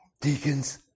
deacons